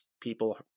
people